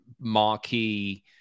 marquee